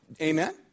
Amen